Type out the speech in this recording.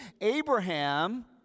Abraham